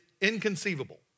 inconceivable